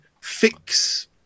fix